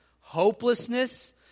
hopelessness